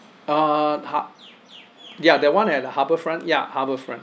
uh har~ ya that [one] at harbourfront ya harbourfront